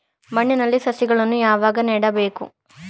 ಮಣ್ಣಿನಲ್ಲಿ ಸಸಿಗಳನ್ನು ಯಾವಾಗ ನೆಡಬೇಕು?